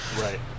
right